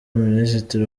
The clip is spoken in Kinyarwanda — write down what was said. minisitiri